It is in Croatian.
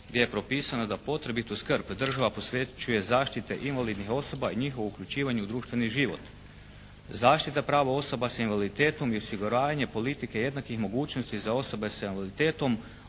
gdje je propisano da potrebitu skrb država posvećuje zaštiti invalidnih osoba i njihovo uključivanje u društveni život. Zaštita prava osoba s invaliditetom i osiguranje politike jednakih mogućnosti za osobe s invaliditetom